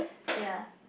ya